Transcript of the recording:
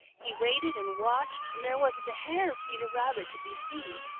he waited and watched, and there wasn't a hair of peter rabbit to be seen.